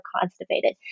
constipated